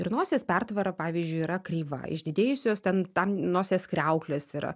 ir nosies pertvara pavyzdžiui yra kreiva išdidėjusios ten tam nosies kriauklės yra